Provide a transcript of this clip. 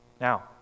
Now